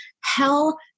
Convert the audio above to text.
hell